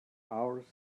ours